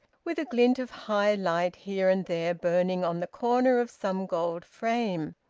with a glint of high light here and there burning on the corner of some gold frame.